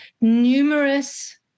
numerous